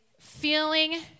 feeling